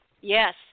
Yes